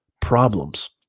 problems